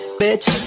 bitch